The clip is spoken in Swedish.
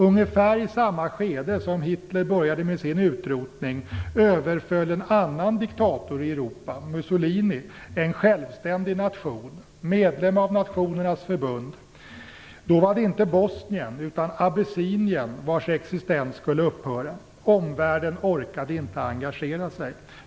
Ungefär i samma skede som Hitler började med sin utrotning överföll en annan diktator i Europa, Mussolini, en självständig nation, medlem av Nationernas förbund. Då var det inte Bosnien utan Abessinien vars existens skulle upphöra. Omvärlden orkade inte engagera sig.